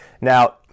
Now